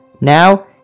Now